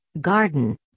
garden